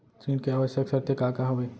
ऋण के आवश्यक शर्तें का का हवे?